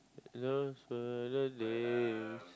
those were the days